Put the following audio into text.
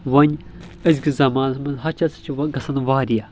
وۄنۍ أزۍ کِس زمانس منٛز حچس چھِ وۄنۍ گژھان واریاہ